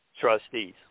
Trustees